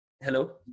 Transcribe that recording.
Hello